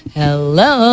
hello